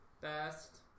best